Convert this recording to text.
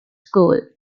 school